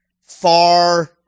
Far